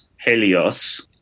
helios